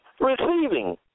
receiving